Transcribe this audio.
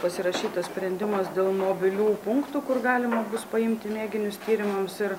pasirašytas sprendimas dėl mobilių punktų kur galima bus paimti mėginius tyrimams ir